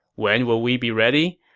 when will we be ready?